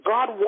God